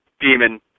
demon